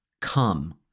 come